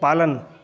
पालन